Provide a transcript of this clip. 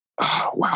Wow